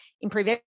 improve